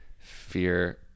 fear